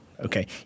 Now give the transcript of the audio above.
okay